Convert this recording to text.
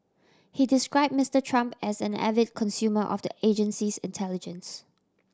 he described Mister Trump as an avid consumer of the agency's intelligence